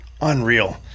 unreal